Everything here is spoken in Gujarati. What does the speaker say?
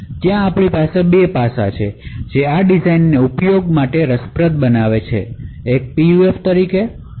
અહી 2 પાસાં છે જે આ ડિઝાઇનને PUF તરીકે ઉપયોગ માટે રસપ્રદ બનાવે છે